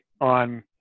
on